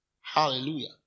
Hallelujah